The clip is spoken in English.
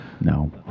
No